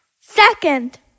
Second